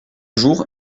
jour